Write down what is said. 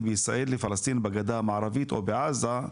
בישראל לפלסטינים בגדה המערבית או בעזה,